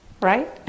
right